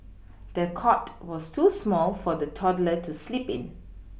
the cot was too small for the toddler to sleep in